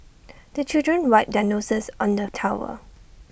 the children wipe their noses on the towel